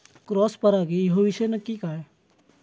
Cross परागी ह्यो विषय नक्की काय?